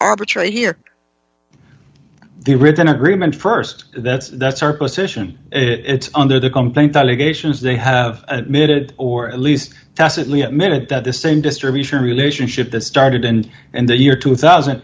arbitrate here the written agreement st that's that's our position it's under the complaint allegations they have admitted or at least tacitly admitted that the same distribution relationship that started and and the year two thousand